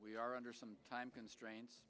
we are under some time constraints